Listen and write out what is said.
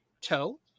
toe